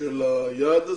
של היעד הזה,